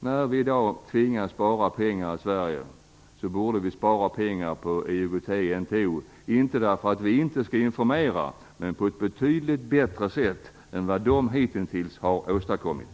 När vi i dag sparar pengar i Sverige borde vi spara pengar på IOGT/NTO - inte därför att vi inte skall informera utan därför att vi skall informera på ett betydligt bättre sätt än den organisationen hittills gjort.